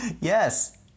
Yes